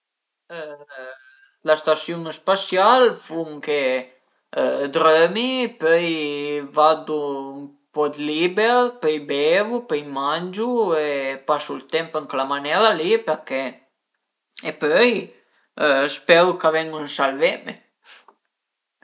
La stasiun spasial fun che drömi, pöi vardu ën po dë liber, pöi bevu, pöi mangiu e pasu ël temp ën chëla manera li perché e pöi speru ch'a venu salveme